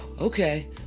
okay